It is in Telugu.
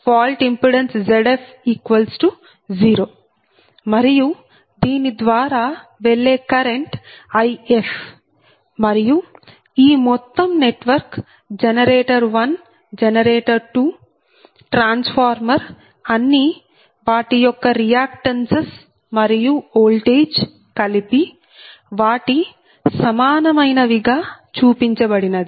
ఫాల్ట్ ఇంపిడెన్స్ Zf0 మరియు దీని ద్వారా వెళ్లే కరెంట్ If మరియు ఈ మొత్తం నెట్వర్క్ జనరేటర్ 1 జనరేటర్ 2 ట్రాన్స్ఫార్మర్ అన్ని వాటి యొక్క రియాక్టన్సెస్ మరియు ఓల్టేజ్ కలిపి వాటి సమానమైనవి గా చూపించబడింది